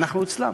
ואנחנו אצלם,